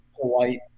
polite